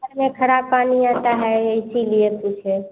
घर में ख़राब पानी आता है इसी लिए पूछें